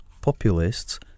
populists